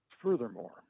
Furthermore